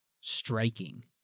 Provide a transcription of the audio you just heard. striking